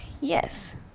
Yes